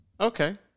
Okay